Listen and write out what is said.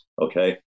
okay